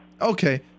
okay